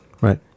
Right